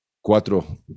cuatro